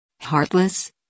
Heartless